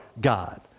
God